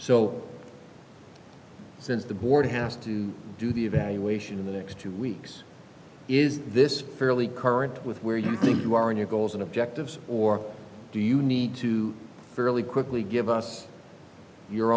so since the board has to do the evaluation in the next two weeks is this fairly current with where you think you are in your goals and objectives or do you need to fairly quickly give us your